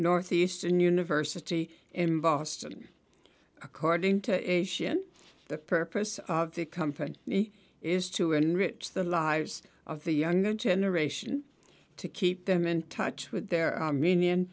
northeastern university in boston according to asian the purpose of the company is to enrich the lives of the younger generation to keep them in touch with their